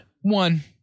One